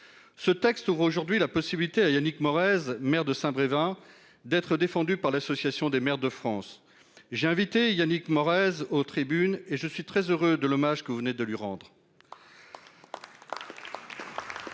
Ce texte ouvre aujourd'hui la possibilité à Yannick Morez maire de Saint-Brévin d'être défendu par l'Association des maires de France. J'ai invité Yannick Morez aux tribunes et je suis très heureux de l'hommage que vous venez de lui rendre.